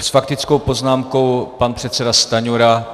S faktickou poznámkou pan předseda Stanjura.